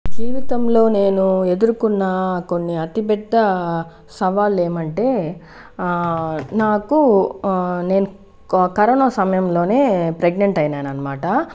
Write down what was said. జీవితంలో నేను ఎదుర్కొన్న కొన్ని అతిపెద్ద సవాళ్లు ఏమంటే నాకు నేను కరోనా సమయంలోనే ప్రెగ్నెంట్ అయ్యానన్నమాట